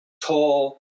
tall